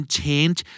change